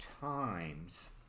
Times